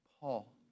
Paul